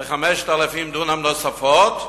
ב-5,000 דונם נוספים,